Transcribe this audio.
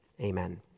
Amen